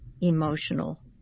emotional